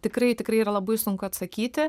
tikrai tikrai yra labai sunku atsakyti